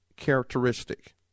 Characteristic